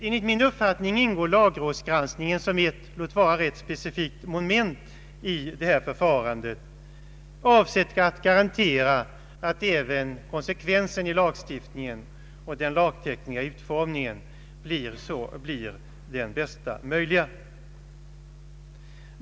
Enligt min uppfattning ingår lagrådsgranskningen som ett låt vara rätt specifikt moment i detta förfarande, avsett att garantera att även konsekvensen i lagstiftningen och den lagtekniska utformningen blir den bästa möjliga.